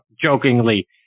jokingly